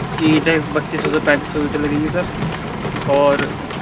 اینٹیں بتیس سو سے پینتیس سو اینٹیں لگیں گی سر اور